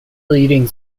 leading